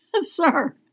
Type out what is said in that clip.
sir